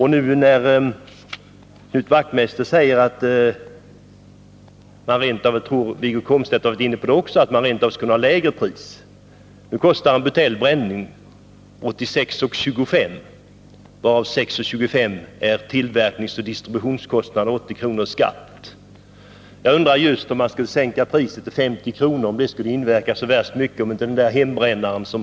Knut Wachtmeister säger — Wiggo Komstedt har också varit inne på det — att man rent av skulle kunna ha ett lägre pris. Nu kostar en butelj brännvin 86:25 kr., varav 6:25 kr. är tillverkningsoch distributionskostnader och 80 kr. är skatt. Jag undrar just om en sänkning av priset till 50 kr. skulle inverka så värst mycket på hembrännaren.